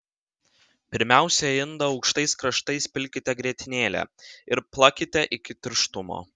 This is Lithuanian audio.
pirmiausia į indą aukštais kraštais pilkite grietinėlę ir plakite iki tirštumo